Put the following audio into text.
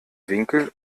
winkel